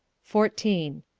fourteen.